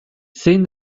zein